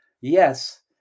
Yes